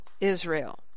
Israel